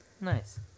Nice